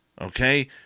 Okay